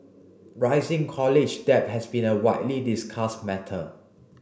rising college debt has been a widely discussed matter